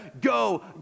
go